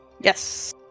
Yes